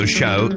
show